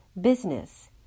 business